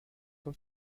von